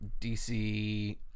DC